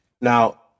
Now